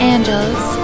Angels